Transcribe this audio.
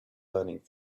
learning